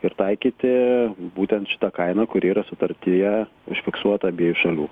ir taikyti būtent šita kaina kuri yra sutartyje užfiksuota abiejų šalių